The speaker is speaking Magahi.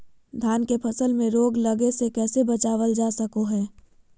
धान के फसल में रोग लगे से कैसे बचाबल जा सको हय?